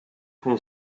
como